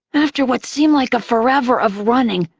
after what seemed like a forever of running,